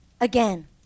again